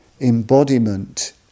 embodiment